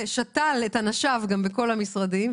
הוא גם שתל את אנשיו בכל המשרדים,